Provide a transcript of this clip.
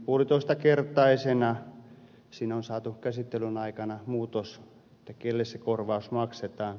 siihen on saatu käsittelyn aikana muutos kenelle se korvaus maksetaan